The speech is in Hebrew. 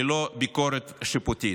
ללא ביקורת שיפוטית.